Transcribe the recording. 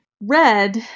Red